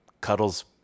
cuddles